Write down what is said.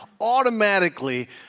automatically